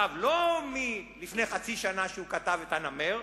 לא מלפני חצי שנה, שהוא כתב את הנמר,